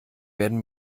werden